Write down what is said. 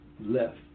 left